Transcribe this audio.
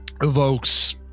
evokes